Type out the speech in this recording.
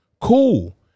Cool